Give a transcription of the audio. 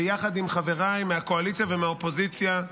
ויחד עם חבריי מהקואליציה ומהאופוזיציה,